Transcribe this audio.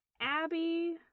Abby